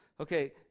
Okay